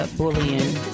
bullying